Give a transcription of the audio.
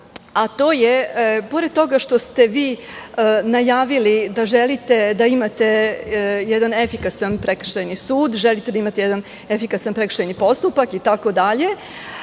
bitna je, pored toga što ste vi najavili da želite da imate jedan efikasan prekršajni sud, želite da imate efikasan prekršajni postupak itd,